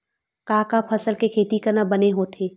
का का फसल के खेती करना बने होथे?